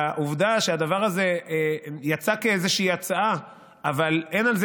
העובדה שהדבר הזה יצא כאיזושהי הצעה אבל אין על זה